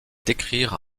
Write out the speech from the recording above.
décrire